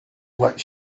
what